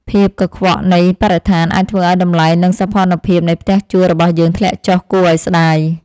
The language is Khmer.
ភាពកខ្វក់នៃបរិស្ថានអាចធ្វើឱ្យតម្លៃនិងសោភ័ណភាពនៃផ្ទះជួលរបស់យើងធ្លាក់ចុះគួរឱ្យស្តាយ។